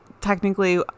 technically